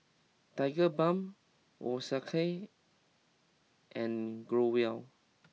Tigerbalm Osteocare and Growell